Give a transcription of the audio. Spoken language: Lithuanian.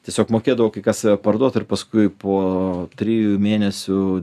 tiesiog mokėdavo kai kas save parduot ir paskui po trijų mėnesių